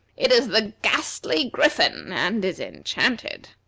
it is the ghastly griffin and is enchanted.